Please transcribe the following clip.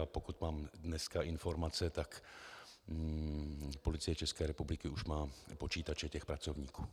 Pokud mám dnes informace, tak Policie České republiky už má počítače těch pracovníků.